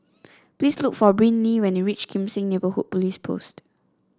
please look for Brynlee when you reach Kim Seng Neighbourhood Police Post